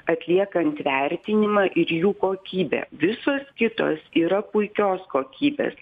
atliekant vertinimą ir jų kokybę visos kitos yra puikios kokybės